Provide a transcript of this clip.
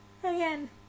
again